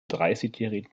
dreißigjährigen